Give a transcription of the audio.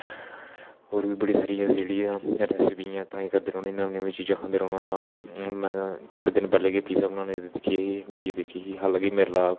और बी साढ़ी एसी जेहडियां रैस्पियां ट्राई करदे रौहना नमी नमी चीजां खंदे रौहना थोह्डे़ दिन पैहले कि पीजा बनाना दी बी बिडयू दिक्खी ही हाला कि में कोला